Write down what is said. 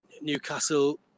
Newcastle